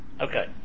Okay